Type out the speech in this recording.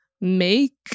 make